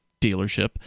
dealership